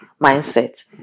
mindset